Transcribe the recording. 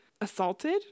assaulted